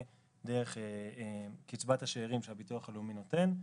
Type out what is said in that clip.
דרך קצבת השארים שהביטוח הלאומי נותן.